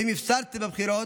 ואם הפסדתם בבחירות,